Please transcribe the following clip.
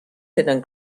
tenen